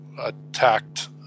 attacked